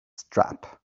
strap